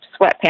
sweatpants